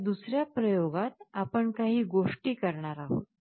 आता दुसर्या प्रयोगात आपण काही गोष्टी करणार आहोत